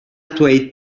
dweud